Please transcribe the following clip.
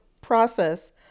process